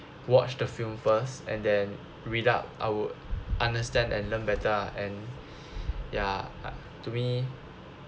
watch the film first and then read up I would understand and learn better ah and ya to me